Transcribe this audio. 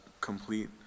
complete